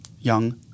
young